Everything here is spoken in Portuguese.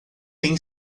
tem